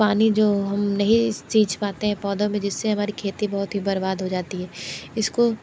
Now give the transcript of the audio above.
पानी जो हम नहीं सींच पाते हैं पौधों में जिस से हमारी खेती बहुत ही बर्बाद हो जाती है इसको